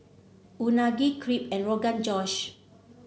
Unagi Crepe and Rogan Josh